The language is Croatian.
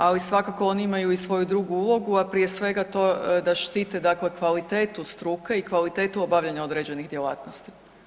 Ali svakako oni imaju i svoju drugu ulogu, a prije svega to je da štite kvalitetu struke i kvalitetu obavljanja određenih djelatnosti.